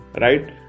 right